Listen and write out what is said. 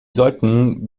sollten